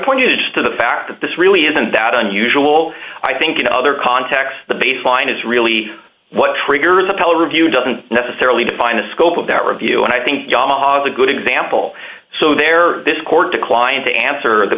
pointed to the fact that this really isn't that unusual i think in other contexts the baseline is really what triggers appellate review doesn't necessarily define the scope of that review and i think yamaha's a good example so there this court declined to answer the